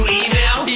email